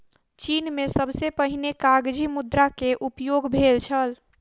चीन में सबसे पहिने कागज़ी मुद्रा के उपयोग भेल छल